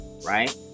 Right